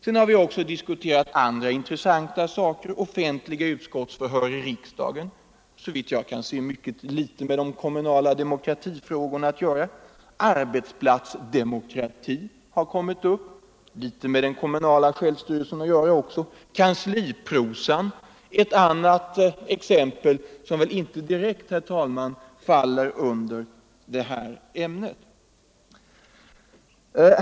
Sedan har vi också diskuterat andra intressanta saker. Offentliga utskotts förhör i riksdagen har såvitt jag kan se mycket litet att göra med frågorna om den konimunala demokratin. Arbetsplatsdemokrati har berörts — det har också litet med den kommunala självstyrelsen att göra. Kansliprosan är ett annat exempel som väl inte direkt, herr talman, faller under det här ämnet.